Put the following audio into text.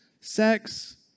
sex